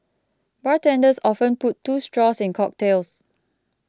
bartenders often put two straws in cocktails